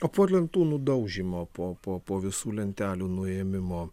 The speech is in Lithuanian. o po lentų nudaužymo po po po visų lentelių nuėmimo